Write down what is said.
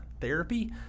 therapy